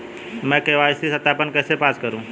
मैं के.वाई.सी सत्यापन कैसे पास करूँ?